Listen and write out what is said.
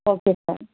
okay sir